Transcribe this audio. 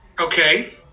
Okay